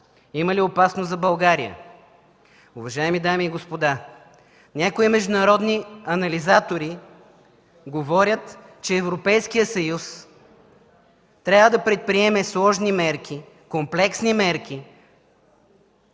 има ли опасност за България? Уважаеми дами и господа, някои международни анализатори говорят, че Европейският съюз трябва да предприеме сложни мерки, комплексни мерки,